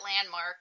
landmark